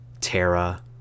Terra